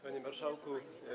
Panie Marszałku!